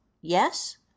Yes